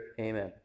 Amen